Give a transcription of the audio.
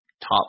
top